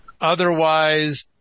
otherwise